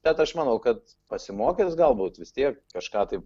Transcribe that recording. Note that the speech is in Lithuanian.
tad aš manau kad pasimokys galbūt vis tiek kažką taip